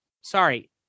sorry